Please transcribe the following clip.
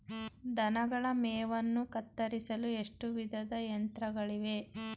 ದನಗಳ ಮೇವನ್ನು ಕತ್ತರಿಸಲು ಎಷ್ಟು ವಿಧದ ಯಂತ್ರಗಳಿವೆ?